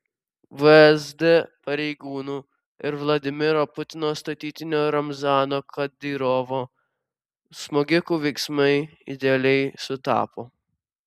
vsd pareigūnų ir vladimiro putino statytinio ramzano kadyrovo smogikų veiksmai idealiai sutapo